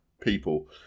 people